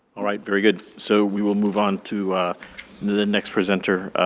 alright, very good. so, we will move on to the the next presenter,